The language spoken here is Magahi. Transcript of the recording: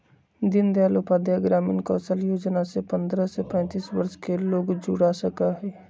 दीन दयाल उपाध्याय ग्रामीण कौशल योजना से पंद्रह से पैतींस वर्ष के लोग जुड़ सका हई